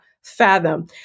fathom